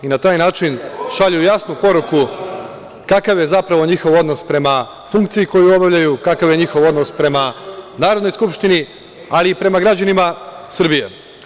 Na taj način šalju jasnu poruku kakav je zapravo njih odnos prema funkciji koju obavljaju, kakav je njihov odnos prema Narodnoj skupštini, ali i prema građanima Srbije.